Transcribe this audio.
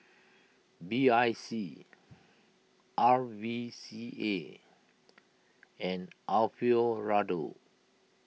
B I C R V C A and Alfio Raldo